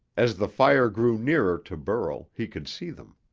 as the fire grew nearer to burl, he could see them.